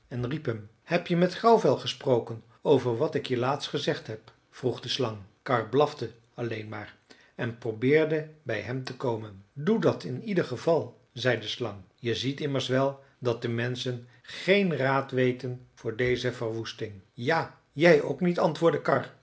en riep hem heb je met grauwvel gesproken over wat ik je laatst gezegd heb vroeg de slang karr blafte alleen maar en probeerde bij hem te komen doe dat in ieder geval zei de slang je ziet immers wel dat de menschen geen raad weten voor deze verwoesting ja jij ook niet antwoordde karr